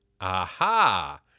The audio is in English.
Aha